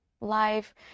life